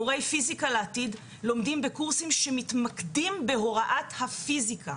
מורי פיזיקה לעתיד לומדים קורסים שמתמקדים בהוראת הפיזיקה.